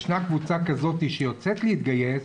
ישנה קבוצה כזאת שיוצאת להתגייס,